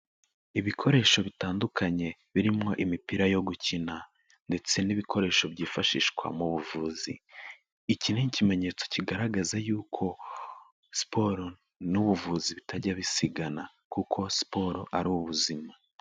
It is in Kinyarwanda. Ibikoresho bitandukanye birimo imipira yo gukina ndetse n'ibikoresho byifashishwa mu buvuzi, iki ni ikimenyetso kigaragaza y'uko siporo n'ubuvuzi bitajya bisigana kuko siporo ari ubuzima.